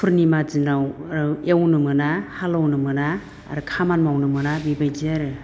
फुरनिमा दिनाव एवनो मोना हालेवनो मोना आरो खामानि मावनो मोना बेबायदि आरो